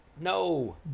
No